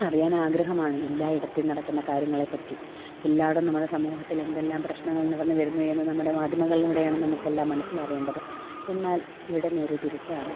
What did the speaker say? അറിയാനാഗ്രഹമാണ് എല്ലായിടത്തെയും നടക്കുന്ന കാര്യങ്ങളെപ്പറ്റി എല്ലായിടവും നമ്മുടെ സമൂഹത്തില് എന്തെല്ലാം പ്രശ്നങ്ങള് നടന്നു വരുന്നുവെന്ന് നമ്മുടെ മാധ്യമങ്ങളിലൂടെയാണ് നമുക്കെല്ലാം മനസ്സിലാവേണ്ടത് എന്നാല് ഇവിടെ നേരെ തിരിച്ചാണ്